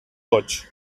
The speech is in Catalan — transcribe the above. boig